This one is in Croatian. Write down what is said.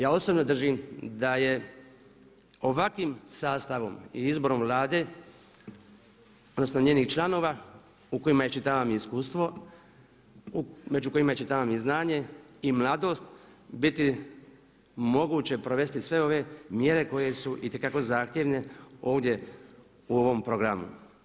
Ja osobno držim da je ovakvim sastavom i izborom Vlade odnosno njenih članova u kojima iščitavam iskustvo, među kojima iščitavam i znanje i mladost biti moguće provesti sve ove mjere koje su itekako zahtjevne ovdje u ovom programu.